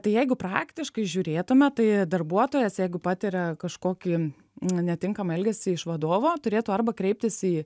tai jeigu praktiškai žiūrėtume tai darbuotojas jeigu patiria kažkokį netinkamą elgesį iš vadovo turėtų arba kreiptis į